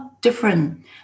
different